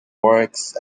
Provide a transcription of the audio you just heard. works